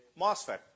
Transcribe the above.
MOSFET